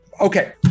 Okay